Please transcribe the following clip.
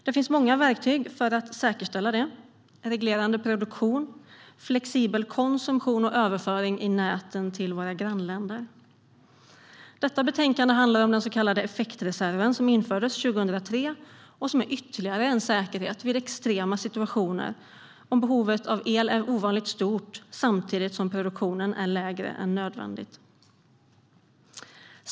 Det finns många verktyg för att säkerställa det: reglerande produktion, flexibel konsumtion och överföring i näten till våra grannländer. Detta betänkande handlar om den så kallade effektreserven som infördes 2003 och som är ytterligare en säkerhet vid extrema situationer om behovet av el är ovanligt stort samtidigt som produktionen är lägre än nödvändigt.